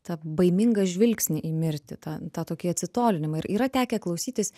tą baimingą žvilgsnį į mirtį tą tą tokį atsitolinimą ir yra tekę klausytis